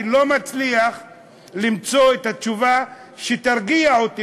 אני לא מצליח למצוא את התשובה שתרגיע אותי